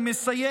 אני מסיים.